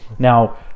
Now